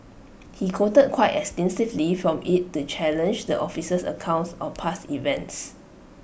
he quoted quite extensively from IT to challenge the officer's accounts of past events